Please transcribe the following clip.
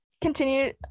continue